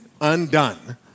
undone